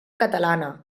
catalana